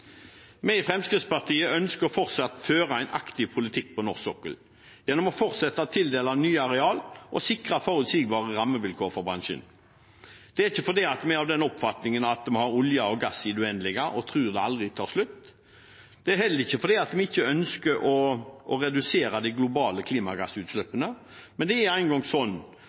Vi i Fremskrittspartiet ønsker fortsatt å føre en aktiv politikk på norsk sokkel gjennom å fortsette å tildele nye areal og sikre forutsigbare rammevilkår for bransjen. Det er ikke fordi vi er av den oppfatning at vi har olje og gass i det uendelige og tror det aldri tar slutt. Det er heller ikke fordi vi ikke ønsker å redusere de globale klimagassutslippene. Men det er engang sånn at hvis vi som samfunn skal klare en